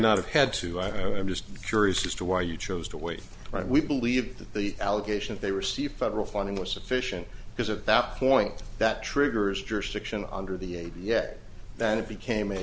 not have had to i am just curious as to why you chose to wait we believe that the allocation they received federal funding was sufficient because at that point that triggers jurisdiction under the yet that it became a